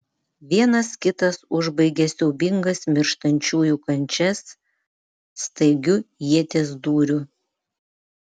vienas kitas užbaigė siaubingas mirštančiųjų kančias staigiu ieties dūriu